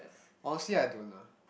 honestly I don't lah